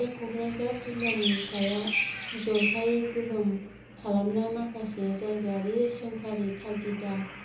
बे क'क्राझार जिल्लानि सायाव जरखायै गोहोम खालामनाय माखासे जायगायारि सोंखारि थागिदा